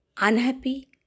unhappy